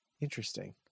Interesting